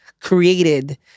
created